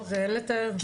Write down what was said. כי אין לך,